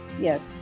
yes